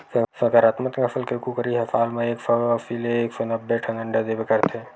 संकरामक नसल के कुकरी ह साल म एक सौ अस्सी ले एक सौ नब्बे ठन अंडा देबे करथे